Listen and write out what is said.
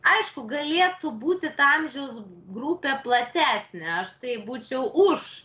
aišku galėtų būti ta amžiaus grupė platesnė aš tai būčiau už